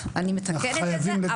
אני מתקנת את זה.